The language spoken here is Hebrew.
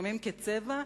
לפעמים כצבע,